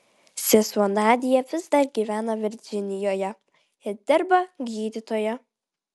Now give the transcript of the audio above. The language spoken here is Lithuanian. sesuo nadia vis dar gyvena virdžinijoje ir dirba gydytoja